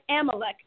Amalek